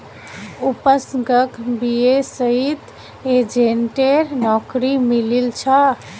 उपसर्गक बीएसईत एजेंटेर नौकरी मिलील छ